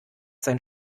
sein